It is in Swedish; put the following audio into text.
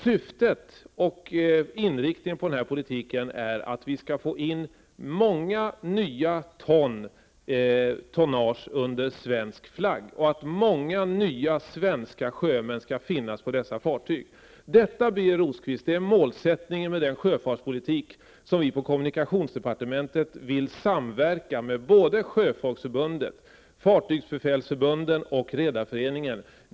Syftet med och inriktningen av denna politik är att man skall få in många nya tonnage under svensk flagg och att många nya svenska sjömän skall finnas på dessa fartyg. Det här, Birger Rosqvist, är målsättningen med den sjöfartspolitik som vi på kommunikationsdepartementet vill föra under samverkan med Sjöfolksförbundet, fartygsbefälsförbunden och Redareföreningen.